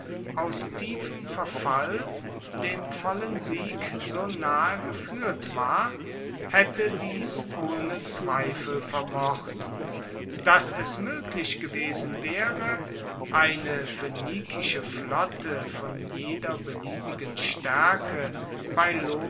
aus tiefem verfall dem vollen sieg so nahe gefuehrt war haette dies ohne zweifel vermocht dass es moeglich gewesen waere eine phoenikische flotte von jeder beliebigen staerke